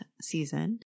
season